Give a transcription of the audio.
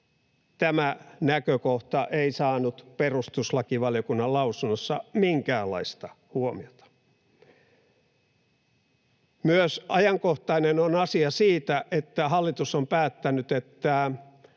ilmainen, ei saanut perustuslakivaliokunnan lausunnossa minkäänlaista huomiota. Myös ajankohtainen on se asia, että hallitus on päättänyt, että